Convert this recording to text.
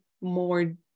more